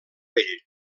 vell